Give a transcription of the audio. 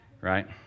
right